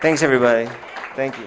thanks everybody thank you